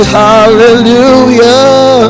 hallelujah